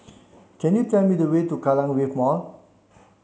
can you tell me the way to Kallang Wave Mall